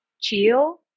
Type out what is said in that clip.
chill